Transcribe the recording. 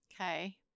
Okay